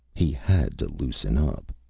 he had to loosen up.